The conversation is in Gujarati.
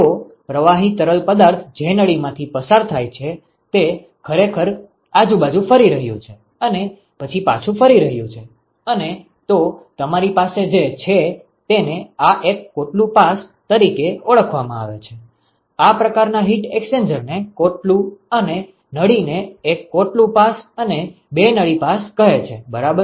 તો પ્રવાહી તરલ પદાર્થ જે નળીમાંથી પસાર થાય છે તે ખરેખર આજુબાજુ ફરી રહ્યું છે અને પછી પાછું ફરી રહ્યું છે અને તો તમારી પાસે જે છે તેને આ એક કોટલું પાસ તરીકે ઓળખવામાં આવે છે આ પ્રકારના હિટ એક્સચેન્જરને કોટલું અને નળીને એક કોટલું પાસ અને બે નળી પાસ કહે છે બરાબર